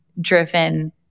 driven